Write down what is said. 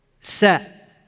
set